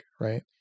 right